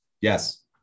Yes